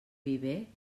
viver